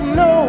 no